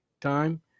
time